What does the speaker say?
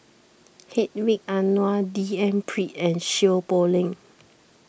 Hedwig Anuar D N Pritt and Seow Poh Leng